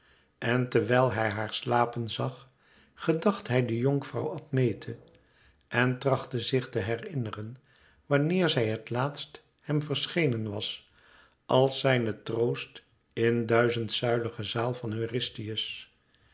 en terwijl hij haar slapen zag gedacht hij de jonkvrouw admete en trachtte zich te herinneren wanneer zij het laatst hem verschenen was als zijne troost in duizendzuilige zaal van